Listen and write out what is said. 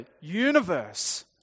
universe